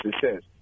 success